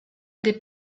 des